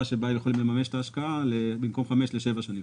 שבה יכולים לממש את ההשקעה מחמש שנים לשבע שנים.